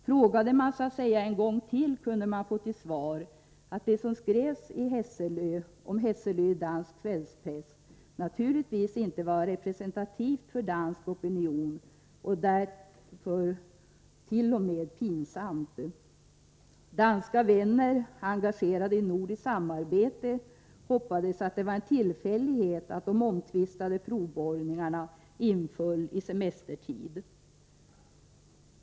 Frågade man en gång till, kunde man få till svar att det som skrevs | om Hesselö i dansk kvällspress naturligtvis inte var representativt för dansk opinion och därför t.o.m. pinsamt. Danska vänner, engagerade i nordiskt samarbete, hoppades att det var en | tillfällighet att de omtvistade provborrningarna inföll under semestertid.